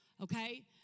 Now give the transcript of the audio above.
okay